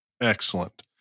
Excellent